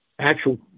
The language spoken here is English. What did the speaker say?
Actual